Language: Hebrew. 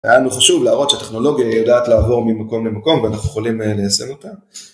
היה לנו חשוב להראות שהטכנולוגיה יודעת לעבור ממקום למקום ואנחנו יכולים לסיים אותה.